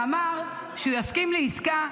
ואמר שהוא יסכים לעסקה,